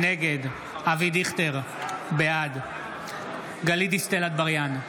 נגד אבי דיכטר, בעד גלית דיסטל אטבריאן,